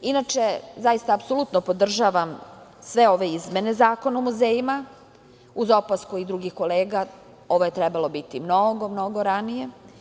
Inače, zaista apsolutno podržavam sve ove izmene zakona o muzejima, uz opasku i drugih kolega ovo je trebalo biti mnogo ranije.